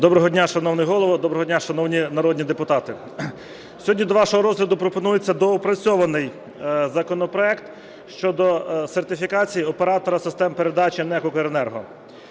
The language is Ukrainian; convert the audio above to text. Доброго дня, шановний Голово! Доброго дня, шановні народні депутати! Сьогодні до вашого розгляду пропонується доопрацьований законопроект щодо сертифікації оператора систем передачі НЕК